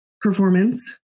performance